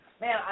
man